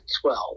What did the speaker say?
twelve